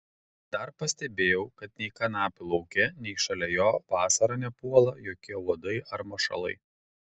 dar pastebėjau kad nei kanapių lauke nei šalia jo vasarą nepuola jokie uodai ar mašalai